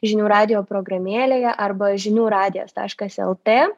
žinių radijo programėlėje arba žinių radijas taškas lt